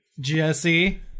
Jesse